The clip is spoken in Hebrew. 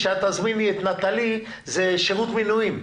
כשאת תזמיני את נטל"י זה שרות מינויים.